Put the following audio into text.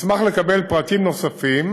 נשמח לקבל פרטים נוספים